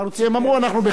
כי הם אמרו: אנחנו בחיתולים,